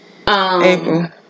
April